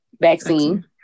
vaccine